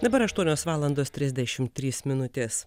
dabar aštuonios valandos trisdešimt trys minutes